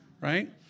Right